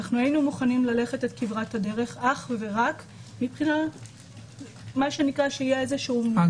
היינו מוכנים ללכת את כברת הדרך אך ורק כדי שתהיה הנגשה.